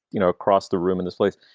you know, across the room in this place,